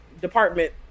department